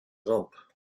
ramp